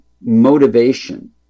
motivation